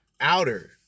outer